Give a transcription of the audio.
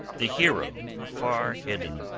the hero, far-hidden